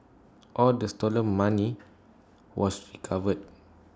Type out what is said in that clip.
all the stolen money was recovered